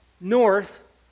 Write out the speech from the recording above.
north